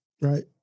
right